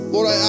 Lord